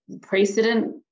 precedent